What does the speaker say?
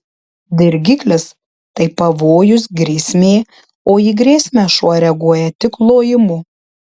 dirgiklis tai pavojus grėsmė o į grėsmę šuo reaguoja tik lojimu